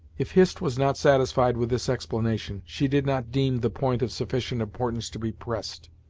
if hist was not satisfied with this explanation, she did not deem the point of sufficient importance to be pressed.